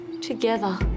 Together